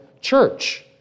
church